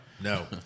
no